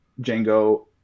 Django